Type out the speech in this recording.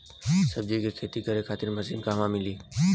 सब्जी के खेती करे खातिर मशीन कहवा मिली?